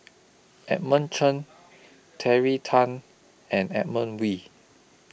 Edmund Chen Terry Tan and Edmund Wee